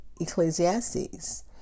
Ecclesiastes